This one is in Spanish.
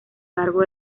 largo